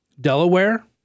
Delaware